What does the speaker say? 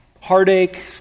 heartache